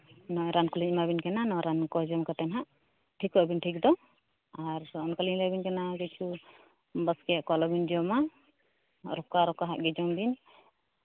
ᱱᱚᱣᱟ ᱨᱟᱱ ᱠᱚᱞᱤᱧ ᱮᱢᱟ ᱵᱤᱱ ᱠᱟᱱᱟ ᱱᱚᱣᱟ ᱨᱟᱱ ᱠᱚ ᱡᱚᱢ ᱠᱟᱛᱮᱫ ᱦᱟᱸᱜ ᱴᱷᱤᱠᱚᱜ ᱟᱵᱤᱱ ᱴᱷᱤᱠ ᱫᱚ ᱟᱨ ᱚᱱᱠᱟ ᱞᱤᱧ ᱞᱟᱹᱭᱟᱵᱤᱱ ᱠᱟᱱᱟ ᱠᱤᱪᱷᱩ ᱵᱟᱥᱠᱮᱭᱟᱜ ᱠᱚ ᱟᱞᱚᱵᱤᱱ ᱡᱚᱢᱟ ᱨᱚᱠᱟ ᱨᱚᱠᱟ ᱦᱟᱜ ᱜᱮ ᱡᱚᱢ ᱵᱤᱱ